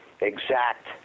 exact